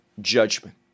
judgment